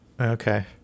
Okay